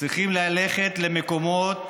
צריכים ללכת למקומות